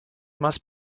must